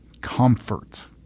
Comfort